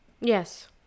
Yes